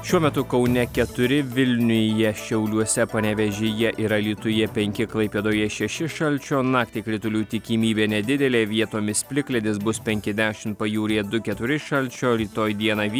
šiuo metu kaune keturi vilniuje šiauliuose panevėžyje ir alytuje penki klaipėdoje šeši šalčio naktį kritulių tikimybė nedidėlė vietomis plikledis bus penki dešim pajūryje du keturi šalčio rytoj dieną vietomis